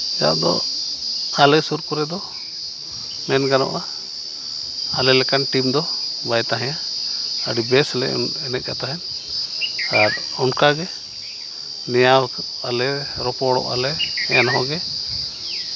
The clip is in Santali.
ᱱᱮᱛᱟᱨ ᱫᱚ ᱟᱞᱮ ᱥᱩᱨ ᱠᱚᱨᱮ ᱫᱚ ᱢᱮᱱ ᱜᱟᱱᱚᱜᱼᱟ ᱟᱞᱮ ᱞᱮᱠᱟᱱ ᱴᱤᱢ ᱫᱚ ᱵᱟᱭ ᱛᱟᱦᱮᱱᱟ ᱟᱹᱰᱤ ᱵᱮᱥ ᱞᱮ ᱮᱱᱮᱡᱼᱟ ᱛᱟᱦᱮᱸ ᱟᱨ ᱚᱱᱠᱟᱜᱮ ᱱᱮᱭᱟᱣ ᱟᱞᱮ ᱨᱚᱯᱚᱲᱚᱜᱼᱟ ᱞᱮ ᱮᱱᱦᱚᱸ ᱜᱮ